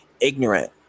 ignorant